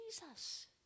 Jesus